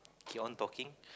keep on talking